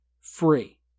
free